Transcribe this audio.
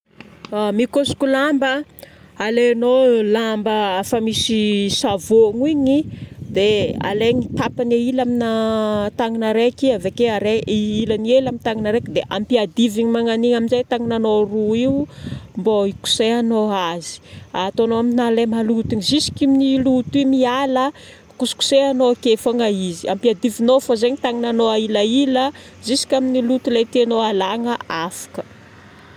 Mikosoko lamba, alaignao lamba afa misy savono igny dia alaigna tapany ahila amina tagnana araiky, avake arai- i ilany hely amin'ny tagnana araiky dia ampiadivigna magnany eo amin'izay tagnananao roa io mba hikosehagnao azy. Ataonao amina le maloto igny jusque igny loto igny miala kosikosehagnao ake fogna izy. Ampiadivignao fô zagny tagnananao ahilahila jusque amin'ily loto ilay tianao alagna afaka.